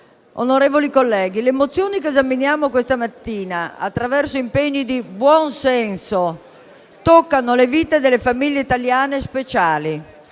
onorevoli colleghi, le mozioni che esaminiamo questa mattina, attraverso impegni di buon senso, toccano le vite delle famiglie italiane speciali.